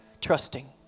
trusting